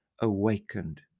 awakened